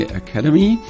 academy